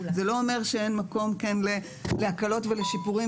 זה לא אומר שאין מקום להקלות ולשיפורים